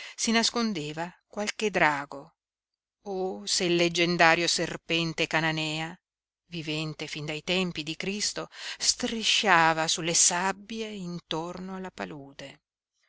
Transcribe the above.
si nascondeva qualche drago o se il leggendario serpente cananèa vivente fin dai tempi di cristo strisciava sulle sabbie intorno alla palude